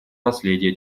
наследия